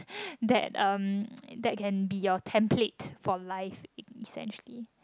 that um that can be your template for life essentially